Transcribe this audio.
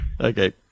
Okay